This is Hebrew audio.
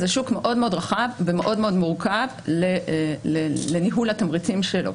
זה שוק מאוד מאוד רחב ומאוד מאוד מורכב לניהול התמריצים שלו.